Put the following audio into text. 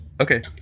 Okay